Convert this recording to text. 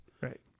right